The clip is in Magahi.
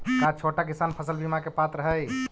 का छोटा किसान फसल बीमा के पात्र हई?